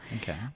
okay